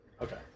Okay